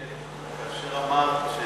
כמו שאמרת,